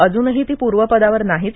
अजूनही ती पूर्वपदावर नाहीच